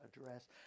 address